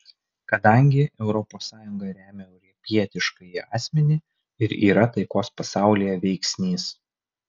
kadangi europos sąjunga remia europietiškąjį asmenį ir yra taikos pasaulyje veiksnys